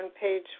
page